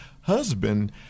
husband